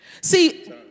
See